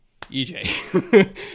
EJ